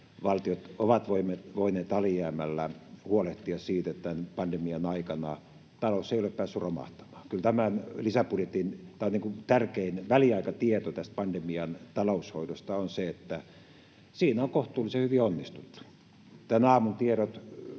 valtiot ovat voineet alijäämällä huolehtia siitä, että tämän pandemian aikana talous ei ole päässyt romahtamaan. Kyllä tärkein väliaikatieto tästä pandemian taloushoidosta on se, että siinä on kohtuullisen hyvin onnistuttu. Tämän aamun tiedot